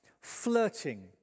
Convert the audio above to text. flirting